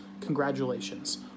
Congratulations